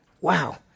Wow